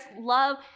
love